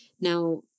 Now